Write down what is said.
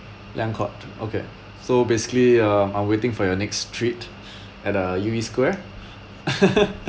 liang court okay so basically uh I'm waiting for your next treat at uh U_E square